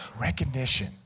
recognition